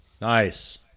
Nice